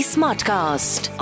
Smartcast